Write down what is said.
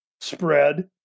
spread